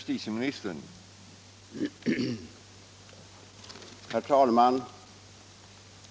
Herr talman!